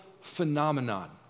phenomenon